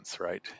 right